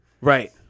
Right